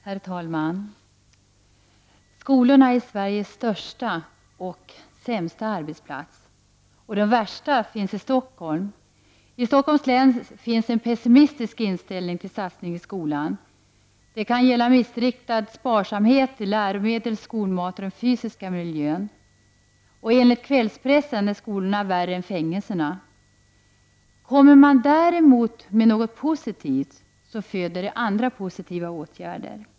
Herr talman! Skolorna är Sveriges största och sämsta arbetsplats — och de värsta finns i Stockholm. I Stockholms län finns en pessimistisk inställning till satsningar i skolan. Det kan gälla missriktad sparsamhet med läromedel, skolmat och den fysiska miljön. Enligt kvällspressen är skolorna värre än fängelserna. Kommer man däremot med något positivt, föder det andra positiva åtgärder.